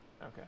Okay